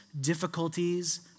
difficulties